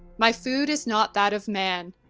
my food is not that of man,